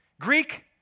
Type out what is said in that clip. Greek